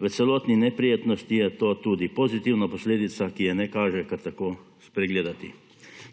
V celotni neprijetnosti je to tudi pozitivna posledica, ki je ne kaže, kar tako spregledati.